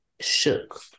shook